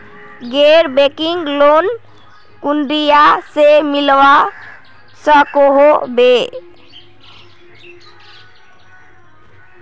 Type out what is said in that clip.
गैर banking loan कुनियाँ से मिलवा सकोहो होबे?